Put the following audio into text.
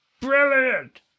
Brilliant